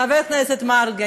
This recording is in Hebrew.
חבר הכנסת מרגי,